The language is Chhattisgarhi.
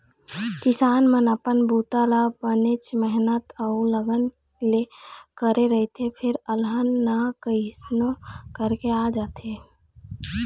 किसान मन अपन बूता ल बनेच मेहनत अउ लगन ले करे रहिथे फेर अलहन ह कइसनो करके आ जाथे